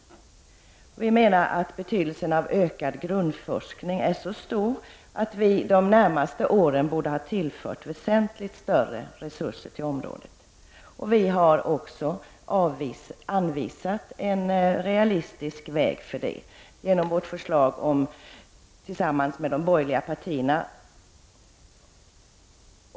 Folkpartiet menar att betydelsen av ökad grundforskning är så stor att det de närmaste åren borde tillföras väsentligt större resurser på området. Vi har anvisat en realistisk väg för detta i vårt förslag tillsammans med de andra borgerliga partierna.